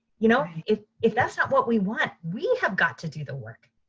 you know if if that's not what we want, we have got to do the work.